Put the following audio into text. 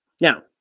Now